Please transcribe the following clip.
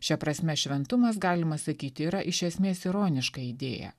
šia prasme šventumas galima sakyti yra iš esmės ironiška idėja